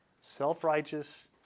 Self-righteous